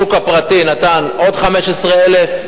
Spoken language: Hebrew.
השוק הפרטי נתן עוד 15,000,